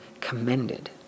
commended